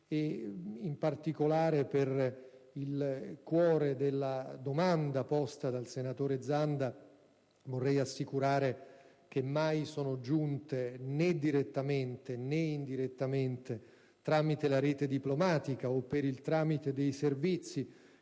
In particolare, con riferimento al cuore della domanda posta dal senatore Zanda, vorrei assicurare che mai sono giunte, né direttamente, né indirettamente, tramite la rete diplomatica o per il tramite dei Servizi